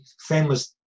famous